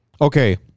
Okay